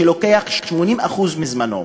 שלוקחים 80% מזמנו,